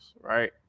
right